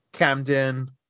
Camden